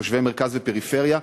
תושבי מרכז ופריפריה,